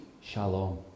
Shalom